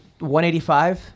185